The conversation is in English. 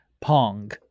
Pong